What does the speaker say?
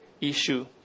issue